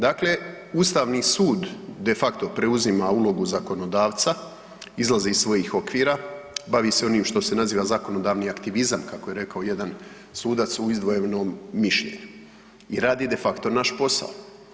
Dakle, Ustavni sud de facto preuzima ulogu zakonodavca, izlazi iz svojih okvira, bavi se onim što se naziva zakonodavni aktivizam kako je rekao jedan sudac u izdvojenom mišljenju i radi de facto naš posao.